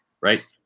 right